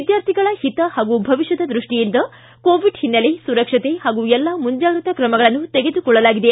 ವಿದ್ಯಾರ್ಥಿಗಳ ಹಿತ ಹಾಗೂ ಭವಿಷ್ಣದ ದೃಷ್ಟಿಯಿಂದ ಕೋವಿಡ್ ಹಿನ್ನೆಲೆ ಸುರಕ್ಷತೆ ಹಾಗೂ ಎಲ್ಲ ಮುಂಜಾಗ್ರತಾ ಕ್ರಮಗಳನ್ನು ತೆಗೆದುಕೊಳ್ಳಲಾಗಿದೆ